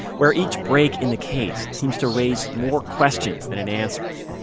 where each break in the case seems to raise more questions than it answers.